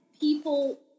people